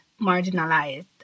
marginalized